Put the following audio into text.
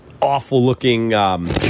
awful-looking